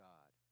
God